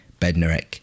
Bednarek